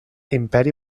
imperi